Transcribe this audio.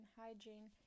hygiene